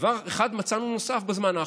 ודבר אחד נוסף מצאנו בזמן האחרון,